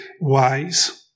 wise